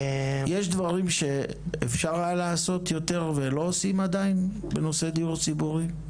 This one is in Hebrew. יש דברים שאפשר היה לעשות יותר ולא עושים עדיין בנושא דיור ציבורי?